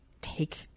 take